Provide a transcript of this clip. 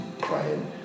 crying